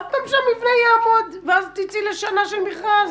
עוד פעם שהמבנה יעמוד ואז תצאי לשנה של מכרז?